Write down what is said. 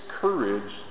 courage